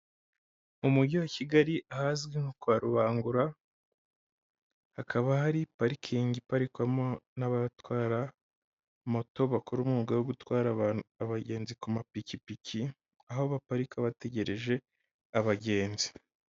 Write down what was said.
Mu mujyi wa Kigali ahazwi nko kwa Rubangura, hakaba hari parikingi iparikwamo n'abatwara moto bakora umwuga wo gutwara abagenzi ku mapikipiki, aho baparika bategereje abagenzi.